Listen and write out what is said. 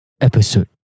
Episode